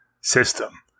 system